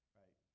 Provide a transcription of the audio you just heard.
right